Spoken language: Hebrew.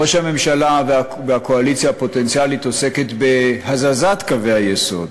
ראש הממשלה והקואליציה הפוטנציאלית עוסקים בהזזת קווי היסוד: